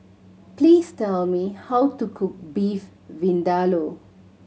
please tell me how to cook Beef Vindaloo